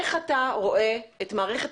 האם אתה יכול לשרטט לנו איך אתה רואה את מערכת